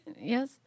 Yes